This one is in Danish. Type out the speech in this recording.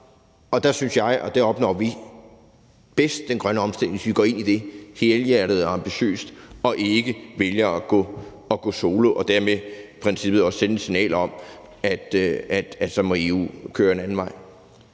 Der synes jeg vi bedst opnår den grønne omstilling, hvis vi går ind i det helhjertet og ambitiøst og ikke vælger at gå solo og dermed i princippet også sende et signal om, at så må EU køre en anden vej.